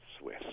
Swiss